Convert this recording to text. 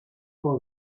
for